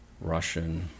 Russian